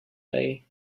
pay